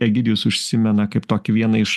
egidijus užsimena kaip tokį vieną iš